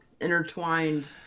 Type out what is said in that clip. intertwined